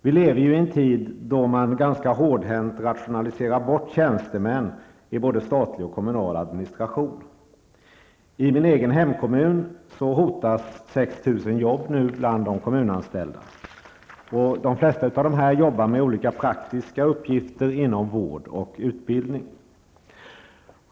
Vi lever i en tid då man hårdhänt rationaliserar bort tjänstemän i både statlig och kommunal administration. I min egen hemkommun hotas 6 000 arbeten bland de kommunalanställda. De flesta av dem arbetar med praktiska uppgifter inom vård och utbildning.